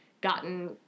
gotten